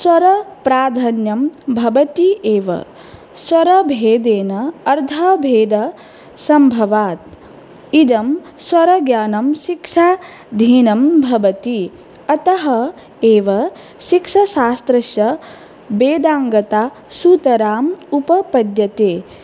स्वरप्राधान्यं भबति एव स्वरभेदेन अर्थभेदः सम्भवात् इदं स्वरज्ञानं शिक्षादीनां भवति अतः एव शिक्षाशास्त्रस्य वेदाङ्गता सूतराम् उपपद्यते